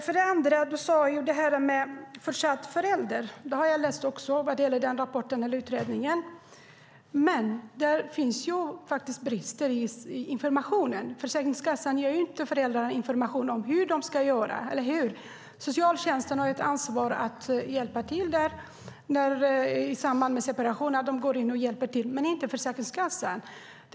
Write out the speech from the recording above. Sedan har vi detta med Fortsatt föräldrar . Jag har läst den utredningen. Men det finns faktiskt brister i informationen. Försäkringskassan ger inte föräldrarna information om hur de ska göra - eller hur? Socialtjänsten har ett ansvar för att hjälpa till i samband med separation, så att de går in och hjälper till, men det har inte Försäkringskassan.